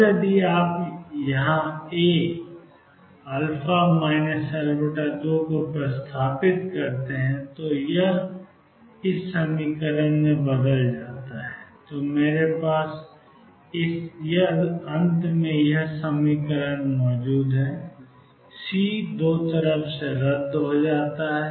अब यदि आप यहां A αL2 को प्रतिस्थापित करते हैं तो यह αCcos βL2 हो जाता है